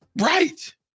Right